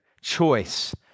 choice